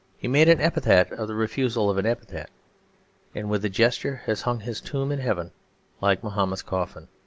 he made an epitaph of the refusal of an epitaph and with a gesture has hung his tomb in heaven like mahomet's coffin.